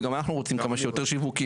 וגם אחנו רוצים כמה שיותר שיווקים,